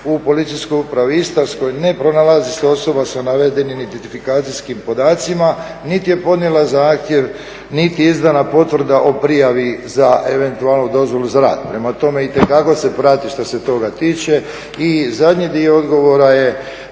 u Policijskoj upravi istarskoj ne pronalazi se osoba s navedenim identifikacijskim podacima niti je podnijela zahtjev, niti je izdana potvrda o prijavi za eventualnu dozvolu za rad. Prema tome, itekako se prati što se toga tiče. I zadnji dio odgovora,